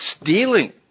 stealing